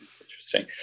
Interesting